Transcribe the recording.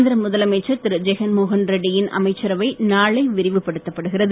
ஆந்திர முதலமைச்சர் திரு ரெட்டியின் அமைச்சரவை நாளை விரிவுபடுத்தப்படுகிறது